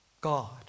God